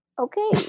Okay